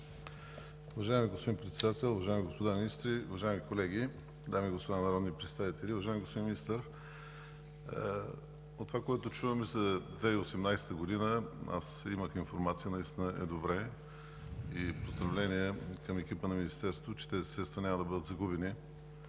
Уважаеми господин Председател, уважаеми господа министри, уважаеми колеги, дами и господа народни представители! Уважаеми господин Министър, от това, което чуваме за 2018 г. – имах информация, наистина е добре, поздравления към екипа на Министерството, че тези средства няма да бъдат загубени.